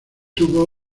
tuvo